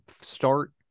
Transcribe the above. start